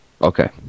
Okay